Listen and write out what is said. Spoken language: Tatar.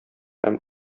һәм